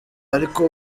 ariko